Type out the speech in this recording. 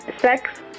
sex